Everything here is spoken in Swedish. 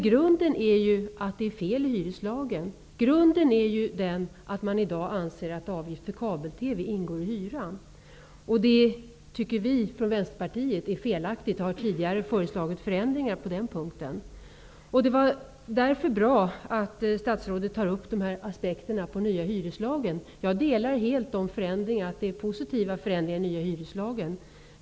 Grunden till detta är fel i hyreslagen, eftersom avgift till kabel-TV anses ingå i hyran. Vi i Vänsterpartiet tycker att det är fel. Vi har tidigare föreslagit förändring på den punkten. Det är därför bra att statsrådet tar upp aspekterna när det gäller den nya hyreslagen. Jag delar helt den uppfattningen att den nya hyreslagens föreslagna förändringar är positiva.